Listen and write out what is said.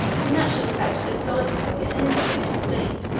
the natural effect of their solitary and insulated state.